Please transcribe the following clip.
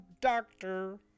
doctor